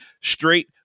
straight